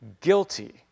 guilty